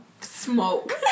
smoke